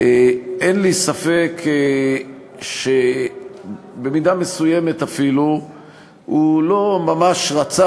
אין לי ספק שבמידה מסוימת אפילו הוא לא ממש רצה